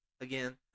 again